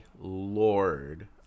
lord